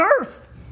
earth